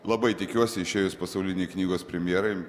labai tikiuosi išėjus pasaulinei knygos premjerai